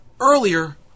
Earlier